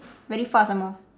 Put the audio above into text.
very fast some more